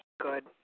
Good